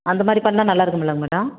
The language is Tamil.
அந்த மாதிரி பண்ணிணா நல்லாருக்கும்லை மேடம்